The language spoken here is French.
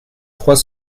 trois